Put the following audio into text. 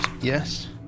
yes